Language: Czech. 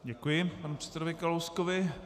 Děkuji panu předsedovi Kalouskovi.